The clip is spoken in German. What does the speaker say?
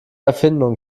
erfindung